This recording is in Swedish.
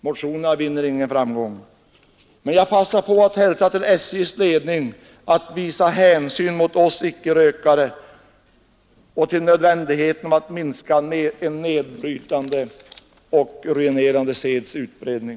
Motionerna vinner ingen framgång, men jag passar på att hälsa till SJ:s ledning att visa hänsyn mot oss icke-rökare och till nödvändigheten att minska en nedbrytande och ruinerande seds utbredning.